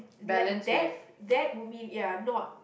like that that would mean ya not